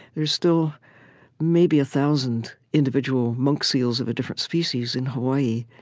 there's still maybe a thousand individual monk seals of a different species in hawaii,